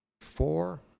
four